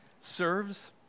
serves